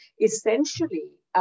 essentially